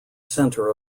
center